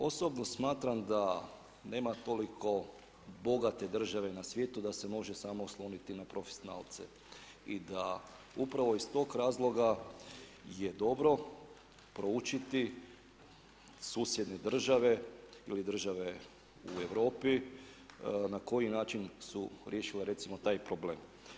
Osobno smatram da nema toliko bogate države na svijetu da se može sama osloniti na profesionalce i da upravo iz tog razloga je dobro proučiti susjedne države ili države u Europi na koji način su recimo riješile taj problem.